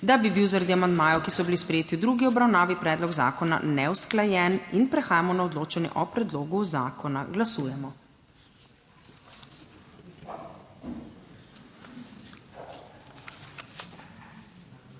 da bi bil zaradi amandmajev, ki so bili sprejeti v drugi obravnavi, predlog zakona neusklajen in prehajamo na odločanje o predlogu zakona. Glasujemo.